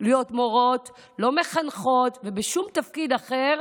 להיות מורות, לא מחנכות ובשום תפקיד אחר